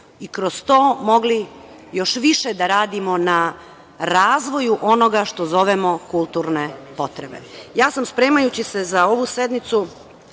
i kroz to mogli još više da radimo na razvoju onoga što zovemo kulturne potrebe. Ja sam, spremajući se za ovu sednicu,